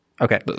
Okay